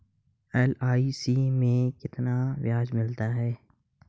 LIC में कितना ब्याज मिलता है?